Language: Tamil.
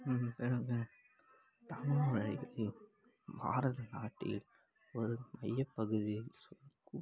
பிறகு தமிழ்மொழியை பாரத நாட்டில் ஒரு மையப் பகுதியை சு கு